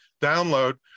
download